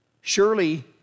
Surely